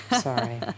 Sorry